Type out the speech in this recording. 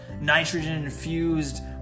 nitrogen-infused